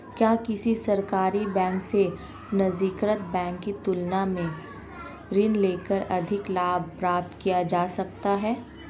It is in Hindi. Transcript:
क्या किसी सरकारी बैंक से निजीकृत बैंक की तुलना में ऋण लेकर अधिक लाभ प्राप्त किया जा सकता है?